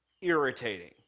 irritating